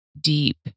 deep